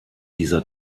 dieser